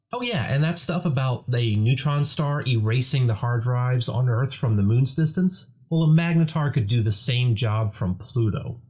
oh yeah, and that stuff about the neutron star erasing the hard drives on earth from the moon's distance? well a magnetar could do the same job from pluto.